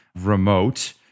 remote